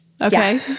Okay